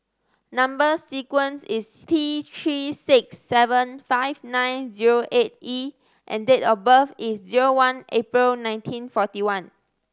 number sequence is T Three six seven five nine zero eight E and date of birth is zero one April nineteen forty one